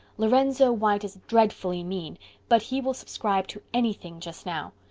lorenzo white is dreadfully mean but he will subscribe to anything just now.